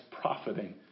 profiting